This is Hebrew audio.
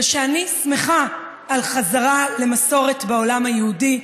זה שאני שמחה על החזרה למסורת בעולם היהודי,